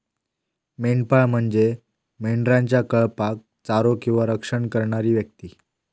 मेंढपाळ म्हणजे मेंढरांच्या कळपाक चारो किंवा रक्षण करणारी व्यक्ती